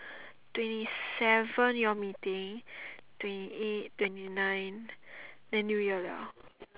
twenty seven you all meeting twenty eight twenty nine then new year liao